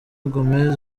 gomez